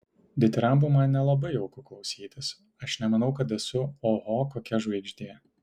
ditirambų man nelabai jauku klausytis aš nemanau kad esu oho kokia žvaigždė